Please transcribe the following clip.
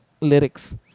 lyrics